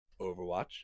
Overwatch